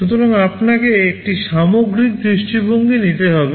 সুতরাং আপনাকে একটি সামগ্রিক দৃষ্টিভঙ্গি নিতে হবে